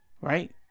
right